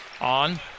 on